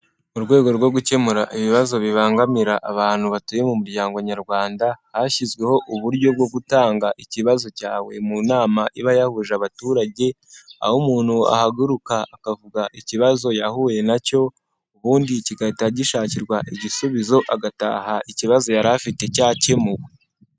Mu rwego rwo gukemura ibibazo bibangamira abantu batuye mu muryango nyarwanda hashyizweho uburyo bwo gutanga ikibazo cyawe mu nama iba yahuje abaturage aho umuntu ahaguruka akavuga ikibazo yahuye nacyo ubundi kigahita gishakirwa igisubizo agataha ikibazo yari afite cyakemuwe.